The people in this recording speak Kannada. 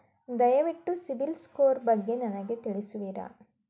ದಯವಿಟ್ಟು ಸಿಬಿಲ್ ಸ್ಕೋರ್ ಬಗ್ಗೆ ನನಗೆ ತಿಳಿಸುವಿರಾ?